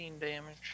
damage